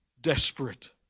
Desperate